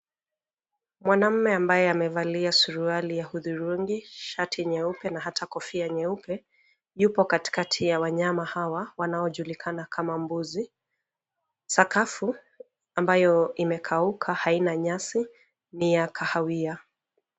Mwanaume ambaye amevalia suruali ya hudhurungi, shati nyeupe na hata kofia nyeupe yuko katikati ya wanyama hawa ambao wanaojulikana kama mbuzi. Sakafu ambayo imekauka haina nyasi ni ya kahawia.